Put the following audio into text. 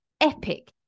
epic